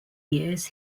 years